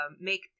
make